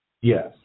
Yes